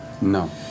No